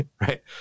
right